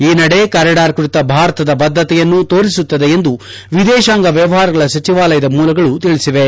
ಈ ನಡೆ ಕಾರಿಡಾರ್ ಕುರಿತ ಭಾರತದ ಬದ್ದತೆಯನ್ನು ತೋರಿಸುತ್ತದೆ ಎಂದು ವಿದೇಶಾಂಗ ವ್ಲವಹಾರಗಳ ಸಚಿವಾಲಯದ ಮೂಲಗಳು ತಿಳಿಸಿವೆ